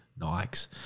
Nikes